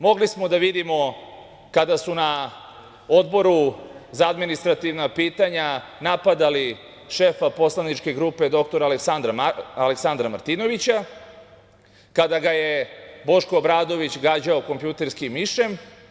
Mogli smo da vidimo kada su na Odboru za administrativna pitanja napadali šefa poslaničke grupe dr Aleksandra Martinovića, kada ga je Boško Obradović gađao kompjuterskim mišem.